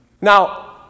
Now